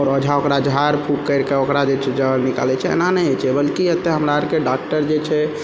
आओर ओझा ओकरा झाड़फूँख करिके ओकरा जे छै जहर निकालय छै एना नहि होइ छै बल्कि एतऽ हमरा आरके डॉक्टर जे छै